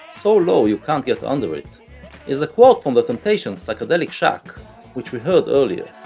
so low you can't get under it is a quote from the temptations' psychedelic shack which we heard earlier,